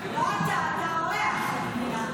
לא אתה, אתה אורח במדינה.